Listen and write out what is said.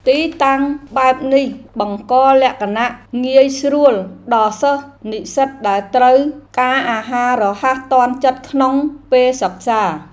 ទីតាំងបែបនេះបង្កលក្ខណៈងាយស្រួលដល់សិស្សនិស្សិតដែលត្រូវការអាហាររហ័សទាន់ចិត្តក្នុងពេលសិក្សា។